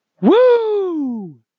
Woo